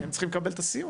הם צריכים לקבל את הסיוע,